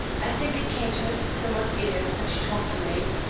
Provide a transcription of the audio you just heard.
i think it came to mrs. hillmer's ears that she talked to me.